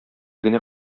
генә